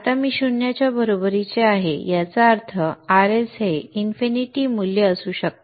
आता मी 0 च्या बरोबरीचे आहे याचा अर्थ Rs हे इन्फिनिटी मूल्य असू शकते